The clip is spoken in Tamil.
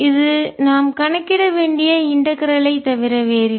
இது நாம் கணக்கிட வேண்டிய இன்டகரல் ஐ ஒருங்கிணைப்பை தவிர வேறில்லை